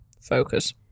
focus